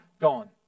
gone